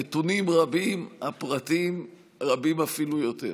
הנתונים רבים, הפרטים רבים אפילו יותר.